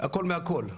הכל מהכל.